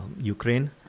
Ukraine